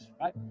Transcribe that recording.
right